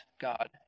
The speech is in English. God